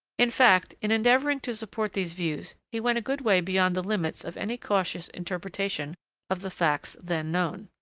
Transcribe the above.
in fact, in endeavoring to support these views he went a good way beyond the limits of any cautious interpretation of the facts then known.